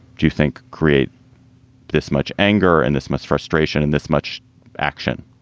do you think, create this much anger and this much frustration and this much action?